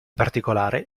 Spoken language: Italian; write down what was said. particolare